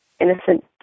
innocent